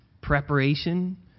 preparation